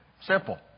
Simple